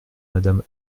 madame